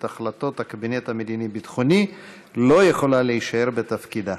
החלטות הקבינט המדיני-ביטחוני אינה יכולה להישאר בתפקידה.